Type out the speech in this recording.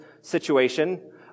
situation